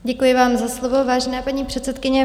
Děkuji vám za slovo, vážená paní předsedkyně.